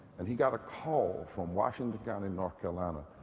and he got a call from washington county, north carolina,